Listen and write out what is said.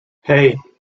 hey